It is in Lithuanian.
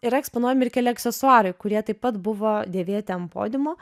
yra eksponuojami ir keli aksesuarai kurie taip pat buvo dėvėti ant podiumo